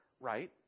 right